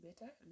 better